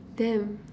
damn